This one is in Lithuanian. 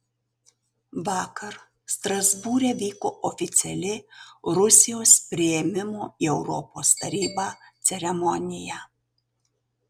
vakar strasbūre vyko oficiali rusijos priėmimo į europos tarybą ceremonija